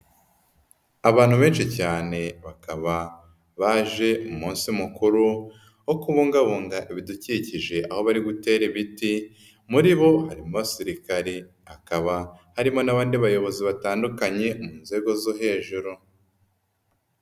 Abantu benshi cyane bakaba baje mu munsi mukuru wo kubungabunga ibidukikije, aho bari gutera ibiti muri bo harimo abasirikare, hakaba harimo n'abandi bayobozi batandukanye mu nzego zo hejuru.